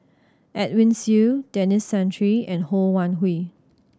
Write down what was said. Edwin Siew Denis Santry and Ho Wan Hui